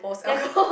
there's